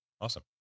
awesome